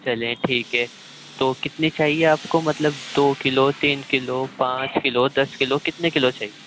چلیں ٹھیک ہے تو کتنی چاہیے آپ کو مطلب دو کلو تین کلو پانچ کلو دس کلو کتنے کلو چاہیے